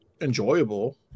enjoyable